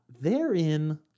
therein